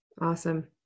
Awesome